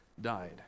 died